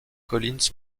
collins